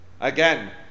Again